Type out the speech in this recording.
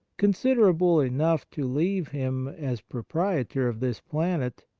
considerable enough to leave him, as pro prietor of this planet,